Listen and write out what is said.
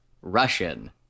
Russian